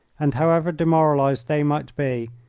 and, however demoralised they might be,